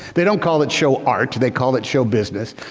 they don't call it show art. they call it show business.